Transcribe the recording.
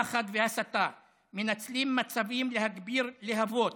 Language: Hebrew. פחד והסתה, מנצלים מצבים להגביר להבות,